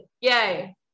Yay